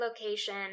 location